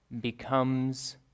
becomes